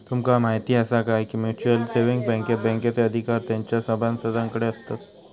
तुमका म्हायती आसा काय, की म्युच्युअल सेविंग बँकेत बँकेचे अधिकार तेंच्या सभासदांकडे आसतत